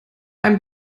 einem